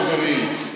חברים,